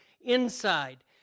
inside